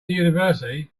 university